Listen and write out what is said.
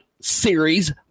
series